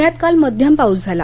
पुण्यात काल मध्यम पाऊस झाला